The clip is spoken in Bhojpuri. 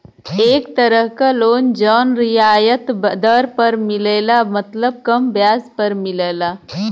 एक तरह क लोन जौन रियायत दर पर मिलला मतलब कम ब्याज पर मिलला